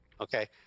Okay